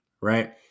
right